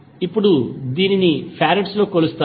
ఇప్పుడు దీనిని ఫారడ్స్లో కొలుస్తారు